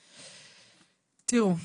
טוב,